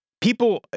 People